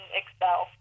excel